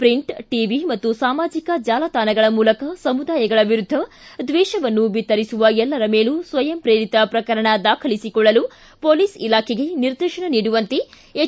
print TV ಮತ್ತು ಸಾಮಾಜಿಕ ಜಾಲತಾಣಗಳ ಮೂಲಕ ಸಮುದಾಯಗಳ ವಿರುದ್ದ ದ್ವೇಷವನ್ನು ಬಿತ್ತರಿಸುವ ಎಲ್ಲರ ಮೇಲೂ ಸ್ವಯಂ ಸ್ವಶ್ರೇರಿತ ಸ್ವಶ್ರಕರಣ ದಾಖಲಿಸಿಕೊಳ್ಳಲು ಪೊಲೀಸ್ ಇಲಾಖೆಗೆ ನಿರ್ದೇಶನ ನೀಡುವಂತೆ ಎಚ್